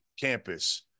campus